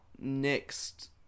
next